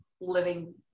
living